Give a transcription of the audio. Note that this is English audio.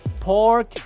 pork